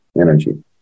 energy